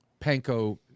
panko